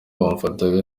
bamufataga